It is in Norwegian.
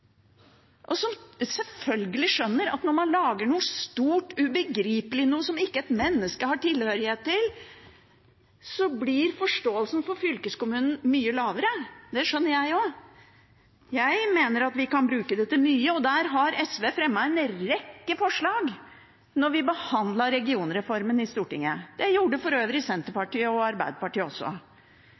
og som selvfølgelig skjønner at når man lager noe stort ubegripelig som ikke et menneske har tilhørighet til, blir forståelsen for fylkeskommunen mye dårligere. Det skjønner jeg også. Jeg mener at vi kan bruke den til mye, og SV fremmet en rekke forslag da vi behandlet regionreformen i Stortinget. Det gjorde for øvrig Senterpartiet og Arbeiderpartiet også.